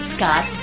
Scott